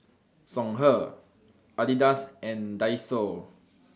Songhe Adidas and Daiso